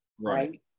Right